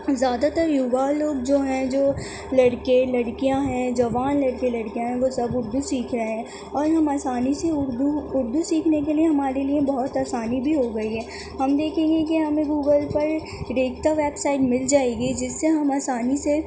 زیادہ تر یووا لوگ جو ہیں جو لڑکے لڑکیاں ہیں جوان لڑکے لڑکیاں ہیں وہ سب اردو سیکھ رہے ہیں اور ہم آسانی سے اردو اردو سیکھنے کے لیے ہمارے لیے بہت آسانی بھی ہو گئی ہے ہم دیکھیں گے کہ ہمیں گوگل پر ریختہ ویب سائٹ مل جائے گی جس سے ہم آسانی سے